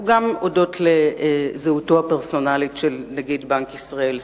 הוא גם זהותו הפרסונלית של נגיד בנק ישראל,